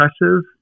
impressive